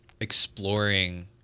exploring